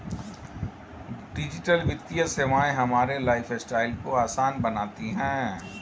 digital वित्तीय सेवाएं हमारे लाइफस्टाइल को आसान बनाती हैं